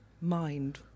mind